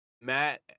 Matt